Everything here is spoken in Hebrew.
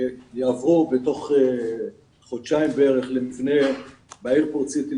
והם יעברו בתוך כחודשיים למבנה חדש באייר פורט סיטי עם